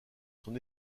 sont